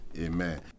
Amen